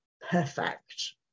perfect